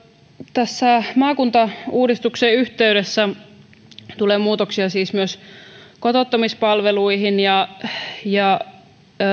tässä maakuntauudistuksen yhteydessä tulee muutoksia siis myös kotouttamispalveluihin ja ja